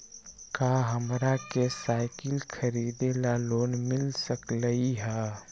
का हमरा के साईकिल खरीदे ला लोन मिल सकलई ह?